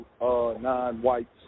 non-whites